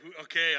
Okay